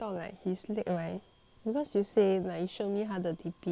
because you say like you show me 他的 D_P on WhatsApp